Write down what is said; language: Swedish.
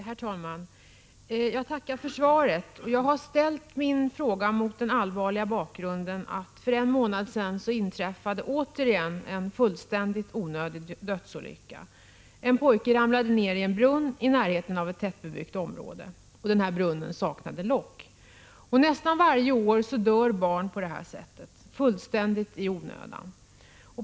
Herr talman! Jag tackar för svaret. Jag har ställt min fråga mot den allvarliga bakgrunden att för en månad sedan en fullständigt onödig dödsolycka återigen inträffade. En pojke ramlade ner i en brunn i närheten av ett tättbebyggt område. Denna brunn saknade lock. Nästan varje år dör barn på det här sättet — fullständigt i onödan.